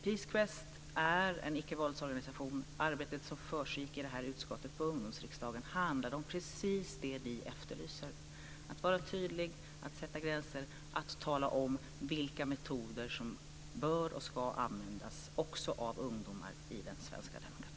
Peace Quest är en icke-våldsorganisation, och det arbete som försiggick i utskottet på Ungdomsriksdagen handlade om precis det som vi efterlyser, nämligen om: att vara tydlig, om att sätta gränser och om tala om vilka metoder som bör, och ska, användas också av ungdomar i den svenska demokratin.